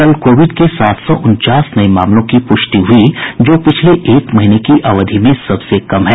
कल कोविड के सात सौ उनचास नये मामलों की पुष्टि हुई जो पिछले एक महीने की अवधि में सबसे कम है